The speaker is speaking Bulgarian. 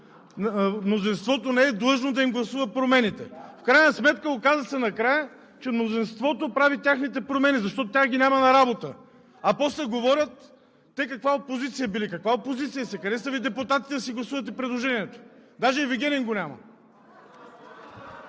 Мнозинството не е длъжно да им гласува промените. В крайна сметка накрая се оказа, че мнозинството прави техните промени, защото тях ги няма на работа! А после говорят каква опозиция били! Каква опозиция сте?! Къде са Ви депутатите, за да си гласувате предложенията? Даже Вигенин го няма!